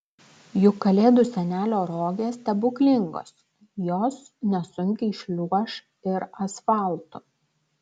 juk kalėdų senelio rogės stebuklingos jos nesunkiai šliuoš ir asfaltu